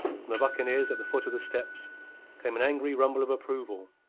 from the buccaneers at the foot of the steps came an angry rumble of approval.